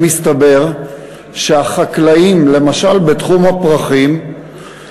שמסתבר שהחקלאים, למשל בתחום הפרחים,